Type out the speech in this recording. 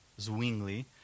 Zwingli